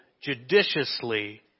judiciously